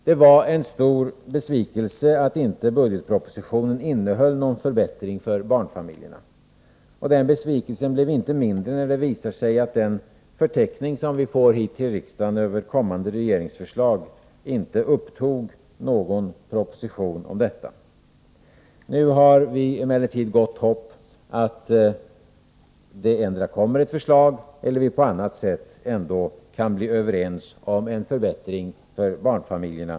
Det var en stor besvikelse att inte budgetpropositionen innehöll någon 151 förbättring för barnfamiljerna. Den besvikelsen blev inte mindre när det visade sig att den förteckning över kommande regeringsförslag som riksdagen fått inte upptog någon proposition om detta. Nu har vi emellertid gott hopp om att det endera kommer ett förslag eller att vi på annat sätt ändå kan bli överens om en förbättring för barnfamiljerna.